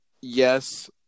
yes –